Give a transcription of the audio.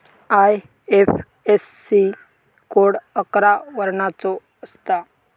IFSC code अकरा वर्णाचो असता